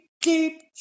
deep